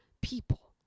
people